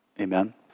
Amen